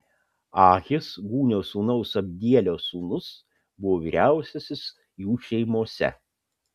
ahis gūnio sūnaus abdielio sūnus buvo vyriausiasis jų šeimose